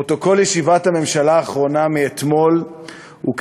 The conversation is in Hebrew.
פרוטוקול ישיבת הממשלה האחרונה מאתמול הוא,